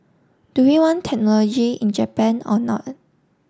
do we want technology in Japan or not